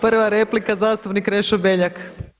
Prva replika zastupnik Krešo Beljak.